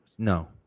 No